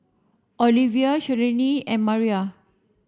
Olivia Shirlene and Mariah